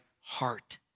heart